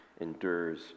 endures